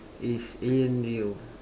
is alien real